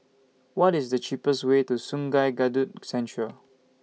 What IS The cheapest Way to Sungei Kadut Central